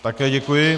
Také děkuji.